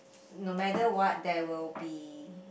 no matter what there will be